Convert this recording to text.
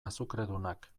azukredunak